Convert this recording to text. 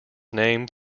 name